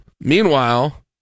meanwhile